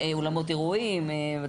מאולמות אירועים.